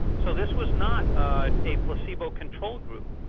so this was not ah a placebo control group,